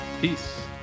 Peace